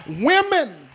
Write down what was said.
Women